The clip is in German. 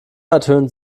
ertönt